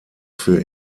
für